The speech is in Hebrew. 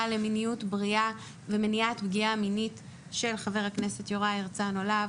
למיניות בריאה ומניעת פגיעה מינית של חבר הכנסת יוראי הרצנו להב